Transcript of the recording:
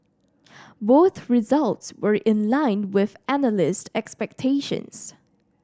both results were in line with analyst expectations